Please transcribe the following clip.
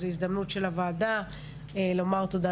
אז זו הזדמנות של הוועדה לומר תודה,